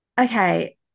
Okay